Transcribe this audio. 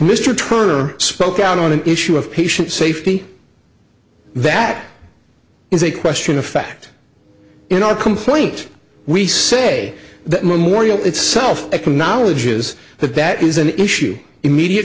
mr turner spoke out on an issue of patient safety that is a question of fact in our complaint we say that memorial itself economically geas that that is an issue immediate